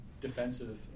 defensive